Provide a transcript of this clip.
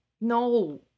No